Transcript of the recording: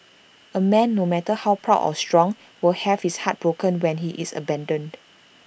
A man no matter how proud or strong will have his heart broken when he is abandoned